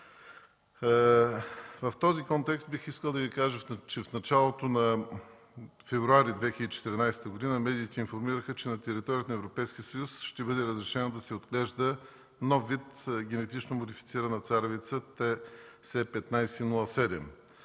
В този контекст бих искал да Ви кажа, че в началото на месец февруари 2014 г. медиите информираха, че на територията на Европейския съюз ще бъде разрешено да се отглежда нов вид генетично модифицирана царевица – ТС1507.